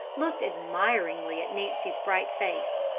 looked admiringly at nancy's bright face,